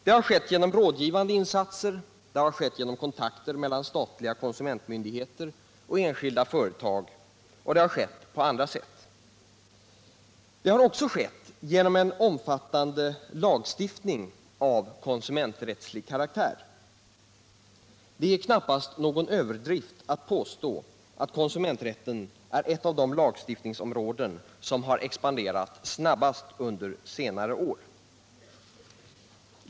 Det har skett genom 23 november 1977 rådgivande insatser, genom kontakter mellan de statliga konsumentmyn= = digheterna och enskilda företag och på andra sätt. Det har också skett — Konsumentkreditgenom en omfattande lagstiftning av konsumenträttslig karaktär. lag m.m. Det är knappast någon överdrift att påstå att konsumenträtten är ett av de lagstiftningsområden som har expanderat snabbast under senare år.